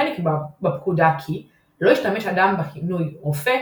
נקבע בפקודה כי "לא ישתמש אדם בכינוי 'רופא',